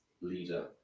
leader